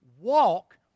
walk